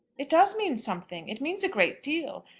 it does mean something. it means a great deal.